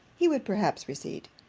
he would perhaps recede